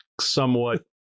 somewhat